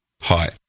Hi